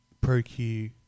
Pro-Q